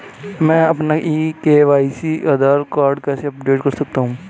मैं अपना e KYC Aadhaar card कैसे अपडेट कर सकता हूँ?